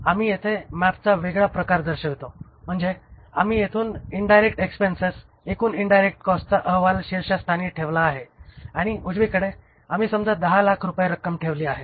आम्ही येथे मॅपचा वेगळा प्रकार दर्शवितो म्हणजे आम्ही येथे एकूण इन्डायरेक्ट एक्सपेन्सेस एकूण इन्डायरेक्ट कॉस्टचा अहवाल शीर्षस्थानी ठेवला आहे आणि उजवीकडे आम्ही समजा 10 लाख रुपये रक्कम ठेवली आहे